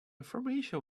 information